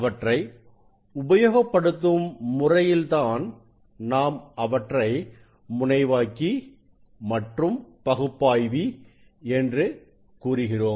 அவற்றை உபயோகப்படுத்தும் முறையில் தான் நாம் அவற்றை முனைவாக்கி மற்றும் பகுப்பாய்வி என்று கூறுகிறோம்